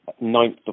ninth